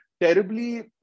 Terribly